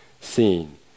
seen